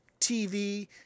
TV